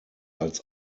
als